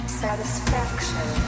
satisfaction